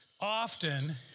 often